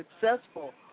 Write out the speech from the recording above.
successful